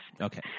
okay